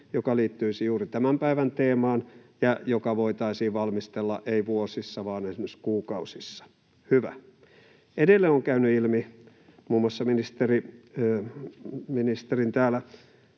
joka liittyisi juuri tämän päivän teemaan ja joka voitaisiin valmistella ei vuosissa vaan esimerkiksi kuukausissa — hyvä! Edelleen on käynyt ilmi, muun muassa ministerin täällä